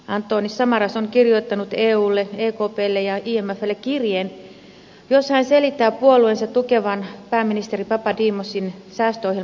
antonis samaras on kirjoittanut eulle ekplle ja imflle kirjeen jossa hän selittää puolueensa tukevan pääministeri papademosin säästöohjelman toteuttamisessa